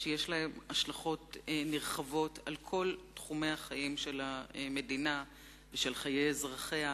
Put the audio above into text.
שיש להם השלכות נרחבות על כל תחומי החיים של המדינה ושל אזרחיה,